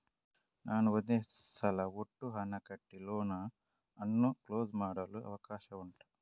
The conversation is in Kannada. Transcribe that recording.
ನಾನು ಒಂದೇ ಸಲ ಒಟ್ಟು ಹಣ ಕಟ್ಟಿ ಲೋನ್ ಅನ್ನು ಕ್ಲೋಸ್ ಮಾಡಲು ಅವಕಾಶ ಉಂಟಾ